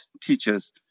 teachers